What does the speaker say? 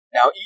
Now